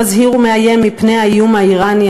מזהיר ומאיים מפני האיום האיראני,